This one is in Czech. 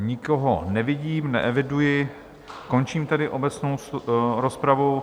Nikoho nevidím, neeviduji, končím tedy obecnou rozpravu.